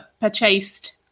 purchased